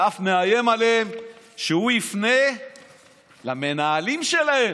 ואף מאיים עליהם שהוא יפנה למנהלים שלהם.